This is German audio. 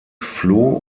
floh